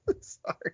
Sorry